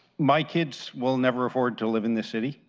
my kids will never afford to live in the city,